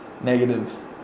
negative